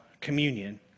Communion